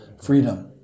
freedom